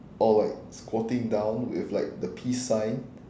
or like squatting down with like the peace sign